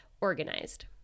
organized